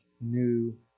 new